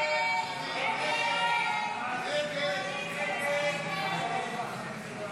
הסתייגות 18 לא נתקבלה.